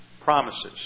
promises